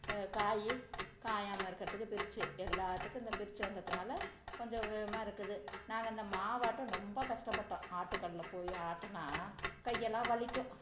காய் காயாமல் இருக்கறதுக்கு பிரிட்ஜு எல்லாத்துக்கும் இந்த பிரிட்ஜு வந்ததுனால கொஞ்சம் வேவமாக இருக்குது நாங்கள் இந்த மாவாட்ட ரொம்ப கஷ்டப்பட்டோம் ஆட்டுக்கல்லில் போய் ஆட்டுனா கையெல்லாம் வலிக்கும்